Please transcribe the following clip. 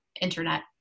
internet